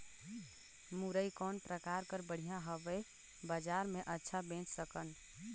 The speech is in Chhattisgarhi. मुरई कौन प्रकार कर बढ़िया हवय? बजार मे अच्छा बेच सकन